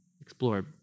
explore